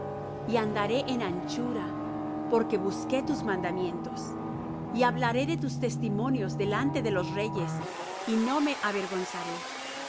y andaré en anchura porque busqué tus mandamientos y hablaré de tus testimonios delante de los reyes y no me avergonzaré y